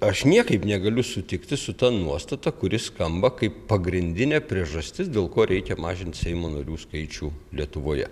aš niekaip negaliu sutikti su ta nuostata kuri skamba kaip pagrindinė priežastis dėl ko reikia mažint seimo narių skaičių lietuvoje